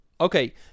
Okay